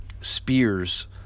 spears